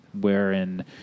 wherein